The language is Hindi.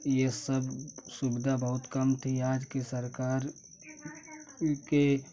ये सब सुविधा बहुत कम थी आज की सरकार क्योंकि